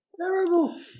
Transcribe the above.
Terrible